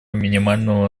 минимального